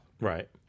right